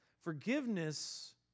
Forgiveness